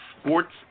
sports